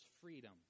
freedom